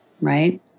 right